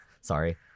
Sorry